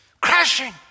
crashing